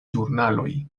ĵurnaloj